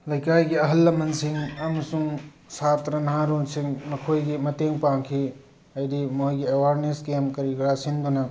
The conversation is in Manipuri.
ꯂꯩꯀꯥꯏꯒꯤ ꯑꯍꯜ ꯑꯃꯟꯁꯤꯡ ꯑꯃꯁꯨꯡ ꯁꯥꯇ꯭ꯔ ꯅꯍꯥꯔꯣꯜꯁꯤꯡ ꯃꯈꯣꯏꯒꯤ ꯃꯇꯦꯡ ꯄꯥꯡꯈꯤ ꯍꯥꯏꯗꯤ ꯃꯣꯏꯒꯤ ꯑꯦꯋꯥꯔꯅꯦꯁ ꯀꯦꯝ ꯀꯔꯤ ꯀꯔꯥ ꯁꯤꯟꯗꯨꯅ